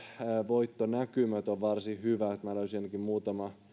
voittonäkymät ovat varsin hyvät löysin ainakin